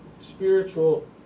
spiritual